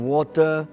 Water